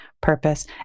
purpose